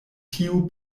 tiu